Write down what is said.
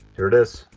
here it is